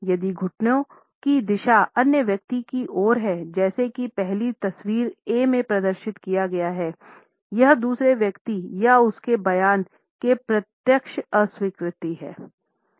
यदि घुटने की दिशा अन्य व्यक्ति की ओर हैजैसा कि पहली तस्वीर ए में प्रदर्शित किया गया है यह दूसरा व्यक्ति या उसका बयान की प्रत्यक्ष अस्वीकृति है